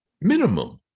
Minimum